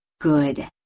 good